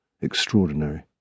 Extraordinary